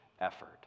effort